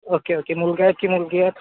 okay okay मुलगा आहे की मुलगी आहेत